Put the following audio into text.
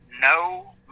no